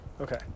Okay